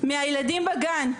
מילדים בגן,